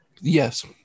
Yes